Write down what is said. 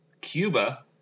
Cuba